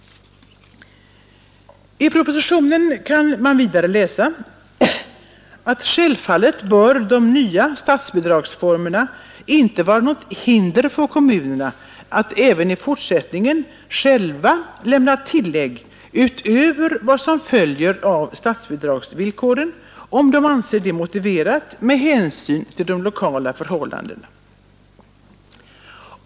I propositionen kan man vidare läsa att självfallet bör de nya statsbidragsformerna inte vara något hinder för kommunerna att även i fortsättningen själva lämna tillägg utöver vad som följer av statsbidragsvillkoren, om de anser det motiverat med hänsyn till de lokala förhållandena.